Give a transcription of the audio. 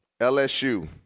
LSU